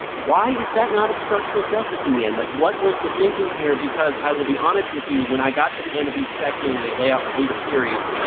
why is that not obstruction of justice in the end? like, what was the thinking here? because i will be honest with you when i got to the end of each section and they lay out the legal theories,